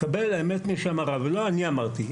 "קבל האמת ממי שאמרה", ולא: "אני אמרתי".